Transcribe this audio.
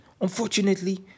unfortunately